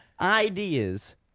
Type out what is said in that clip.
ideas